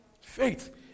Faith